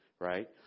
Right